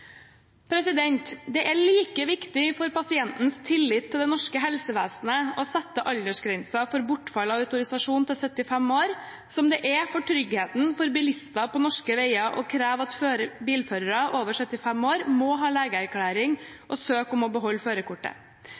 foran.» Det er like viktig for pasientens tillit til det norske helsevesenet å sette aldersgrensen for bortfall av autorisasjon til 75 år som det er for tryggheten for bilister på norske veier å kreve at bilførere over 75 år må ha legeerklæring og søke om å beholde førerkortet.